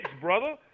brother